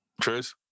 Tris